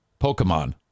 Pokemon